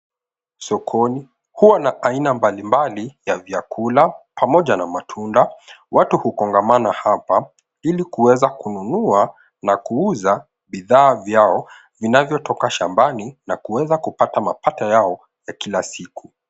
Sokoni huwa na aina mbalimbali ya vyakula pamoja na matunda . Watu hukongamana hapa ili kuweza kununua na kuuza bidhaa vyao vinavyotoka shambani na kuweza kupata mapato yao ya kila siku.